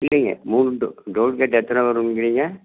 இல்லைங்க மூணு டோ டோல் கேட் எத்தனை வருங்கீறீங்க